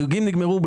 החגים נגמרו.